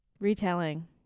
Retelling